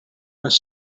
was